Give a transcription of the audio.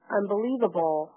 unbelievable